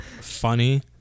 funny